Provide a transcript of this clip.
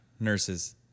Nurses